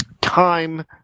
Time